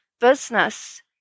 business